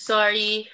Sorry